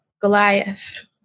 Goliath